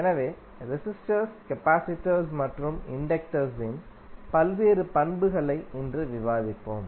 எனவே resistors capacitors மற்றும் inductors இன் பல்வேறு பண்புகளை இன்று விவாதிப்போம்